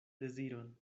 deziron